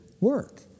work